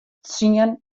tsien